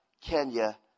Kenya